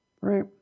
right